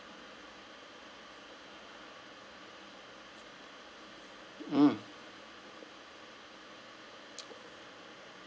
mm